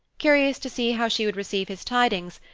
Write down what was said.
curious to see how she would receive his tidings,